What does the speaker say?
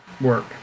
work